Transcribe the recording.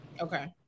Okay